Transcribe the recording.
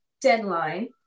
deadline